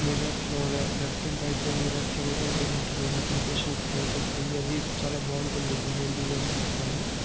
mirrors left and right side mirrors లో కూడా indicator indications light వస్తుంది అది చాలా బాగుంటుంది డిజైన్ డిజైన్ గా వస్తుంది